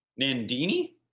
Nandini